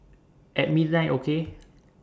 At midnight okay